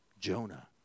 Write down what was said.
Jonah